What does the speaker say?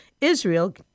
Israel